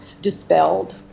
dispelled